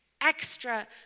extra